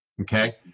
Okay